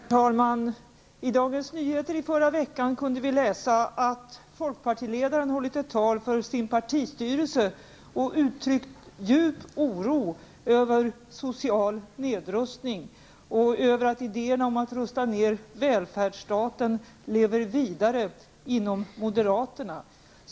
Herr talman! I Dagens Nyheter i förra veckan kunde vi läsa att folkpartiledaren hållit ett tal för sin partistyrelse och uttryckt djup oro över social nedrustning och över att idéerna om att rusta ner välfärdsstaten lever vidare bland moderaterna.